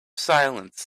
silence